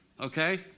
Okay